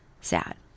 sad